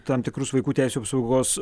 tam tikrus vaikų teisių apsaugos